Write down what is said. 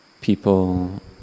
People